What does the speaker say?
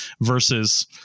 versus